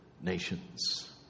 nations